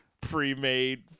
pre-made